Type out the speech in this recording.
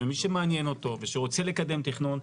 ומי שמעניין אותו ורוצה לקדם תכנון,